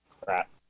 Crap